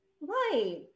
Right